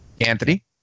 Anthony